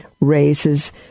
raises